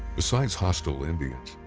besides hostile indians,